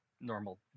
normal